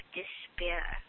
despair